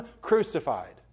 crucified